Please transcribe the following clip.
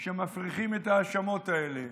שמפריחים את ההאשמות האלה: